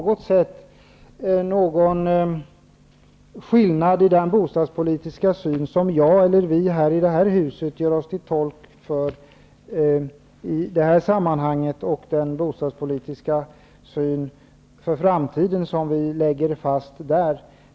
Det finns inte någon skillnad i den bostadspolitiska syn som, eller vi i det här huset gör oss till tolkar för i det här sammanhanget och den bostadspolitiska syn för framtiden som vi lägger fast där.